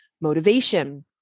motivation